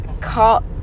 Cut